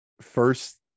first